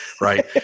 right